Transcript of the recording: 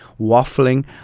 waffling